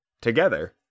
together